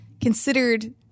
considered